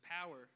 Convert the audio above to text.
power